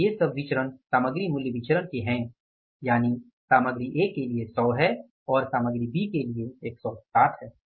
तो ये सब विचरण सामग्री मूल्य विचरण के हैं यानि सामग्री A के लिए 100 है और सामग्री B के लिए 160 है